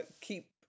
keep